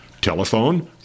Telephone